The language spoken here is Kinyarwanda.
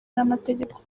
n’amategeko